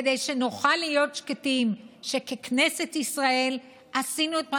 כדי שנוכל להיות שקטים שבכנסת ישראל עשינו את מה